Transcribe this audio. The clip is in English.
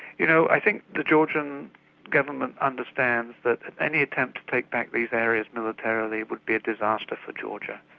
you know, i think the georgian government understands that any attempt to take back these areas militarily would be a disaster for georgia.